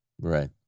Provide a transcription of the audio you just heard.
Right